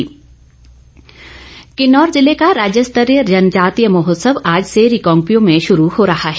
महोत्सव किन्नौर जिले का राज्य स्तरीय जनजातीय महोत्सव आज से रिकांगपिओ में शुरू हो रहा है